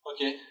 Okay